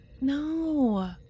No